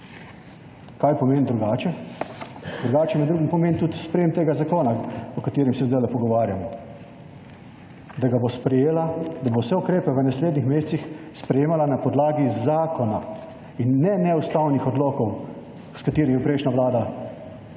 Kaj pomeni drugače? Drugače med drugim pomeni tudi sprejetje tega zakona, o katerem se sedaj pogovarjamo, in da bo vse ukrepe v naslednjih mesecih sprejemala na podlagi zakona in ne neustavnih odlokov, s katerimi je prejšnja vlada počela